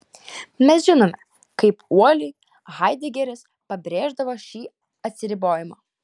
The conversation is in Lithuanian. mes žinome kaip uoliai haidegeris pabrėždavo šį atsiribojimą